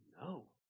no